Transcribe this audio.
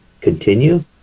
continue